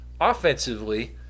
Offensively